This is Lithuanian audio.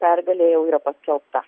pergalė jau yra paskelbta